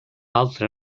altra